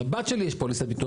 לבת שלי יש עם החרגות.